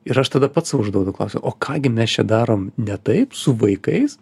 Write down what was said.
ir aš tada pats sau užduodu klausimą o ką gi mes čia darom ne taip su vaikais